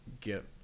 get